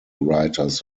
writers